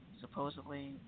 supposedly